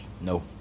No